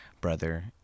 brother